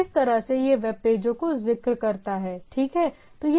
इस तरह से यह वेब पेजों का जिक्र करता है ठीक है